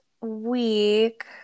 week